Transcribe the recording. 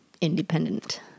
independent